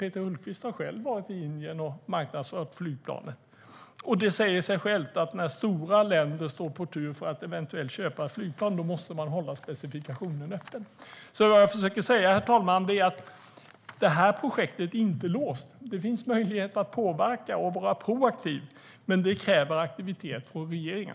Peter Hultqvist har själv varit i Indien och marknadsfört det. Det säger sig självt att när stora länder står på tur för att eventuellt köpa ett flygplan måste man hålla specifikationen öppen. Vad jag försöker säga är att projektet inte är låst. Det finns möjlighet att påverka det och vara proaktiv, men det kräver aktivitet från regeringen.